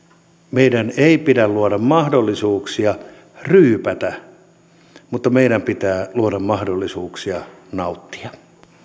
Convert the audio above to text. meidän ei pidä luoda mahdollisuuksia ryypätä mutta meidän pitää luoda mahdollisuuksia nauttia